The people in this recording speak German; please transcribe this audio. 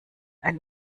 ein